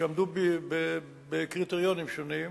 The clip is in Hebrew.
שעמדו בקריטריונים שונים